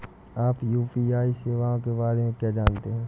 आप यू.पी.आई सेवाओं के बारे में क्या जानते हैं?